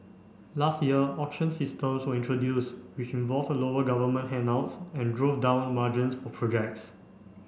last year auction systems were introduced which involved lower government handouts and drove down margins for projects